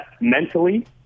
mentally